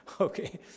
Okay